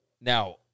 Now